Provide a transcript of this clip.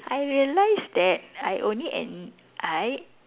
I realise that I only en~ I